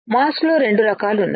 mask లో రెండు రకాలు ఉన్నాయి